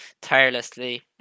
tirelessly